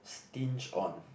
stinge on